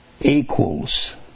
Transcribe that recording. equals